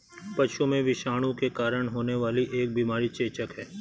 पशुओं में विषाणु के कारण होने वाली एक बीमारी चेचक है